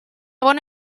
bona